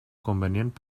convenient